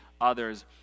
others